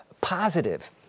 positive